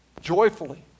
joyfully